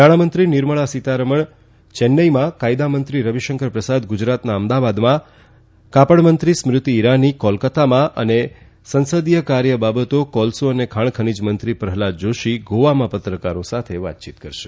નાણામંત્રી નિર્મળા સીતારમણ ચેન્નાઇમાં કાયદામંત્રી રવિશંકર પ્રસાદ ગુજરાતના અમદાવાદમાં કાપડમંત્રી સ્મૃતિ ઇરાની કોલકતામાં અને સંસદીય કાર્ય બાબતો કોલસો અને ખાણ ખનીજ મંત્રી પ્રફલાદ જાષી ગોવામાં પત્રકારો સાથે વાતયીત કરશે